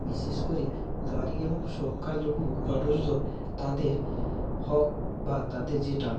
বিশেষ করে নারী এবং সংখ্যালঘু মানুষজন তাদের হক বা তাদের যেটা